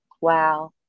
Wow